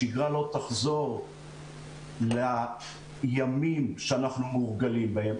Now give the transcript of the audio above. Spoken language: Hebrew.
השגרה לא תחזור לימים שאנחנו מורגלים בהם.